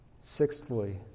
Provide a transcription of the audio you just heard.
sixthly